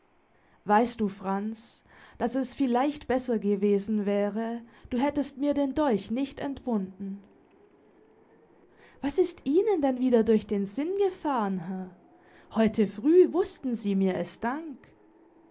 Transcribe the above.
weißt du franz daß es vielleicht besser gewesen wäre du hättest mir den dolch nicht entwunden was ist ihnen denn wieder durch den sinn gefahren herr heute früh wußten sie mir es dank